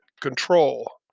control